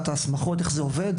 מבחינת ההסמכות ואיך זה עובד,